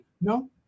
No